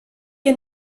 che